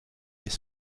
les